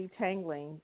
detangling